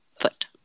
foot